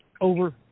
over